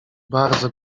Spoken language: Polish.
bardzo